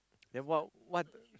then what what